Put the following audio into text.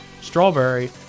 strawberry